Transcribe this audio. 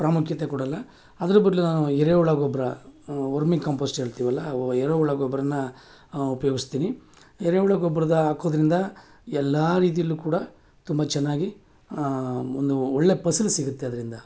ಪ್ರಾಮುಖ್ಯತೆ ಕೊಡೋಲ್ಲ ಅದ್ರ ಬದಲು ನಾನು ಎರೆಹುಳ ಗೊಬ್ಬರ ಒರ್ಮಿಕಾಂಪಸ್ಟ್ ಹೇಳ್ತೀವಲ್ಲ ವ ಎರೆಹುಳ ಗೊಬ್ಬರನ ಉಪಯೋಗಿಸ್ತೀನಿ ಎರೆಹುಳ ಗೊಬ್ಬರ ಹಾಕೋದ್ರಿಂದ ಎಲ್ಲ ರೀತಿಯಲ್ಲು ಕೂಡ ತುಂಬ ಚೆನ್ನಾಗಿ ಒಂದು ಒಳ್ಳೆ ಫಸಲು ಸಿಗುತ್ತೆ ಅದರಿಂದ